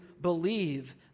believe